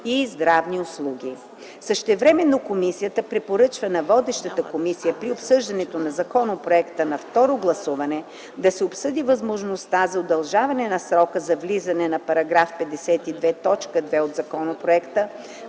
и здравни услуги. Същевременно Комисията препоръчва на водещата комисия при обсъждането на законопроекта на второ гласуване да се обсъди възможността за удължаване на срока за влизане на § 52 т. 2 от законопроекта